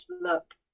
look